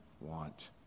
want